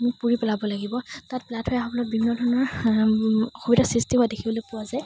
পুৰি পেলাব লাগিব তাত পেলাই থোৱা সকলোতে বিভিন্ন ধৰণৰ অসুবিধাৰ সৃষ্টি হোৱা দেখিবলৈ পোৱা যায়